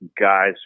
guys